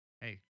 Hey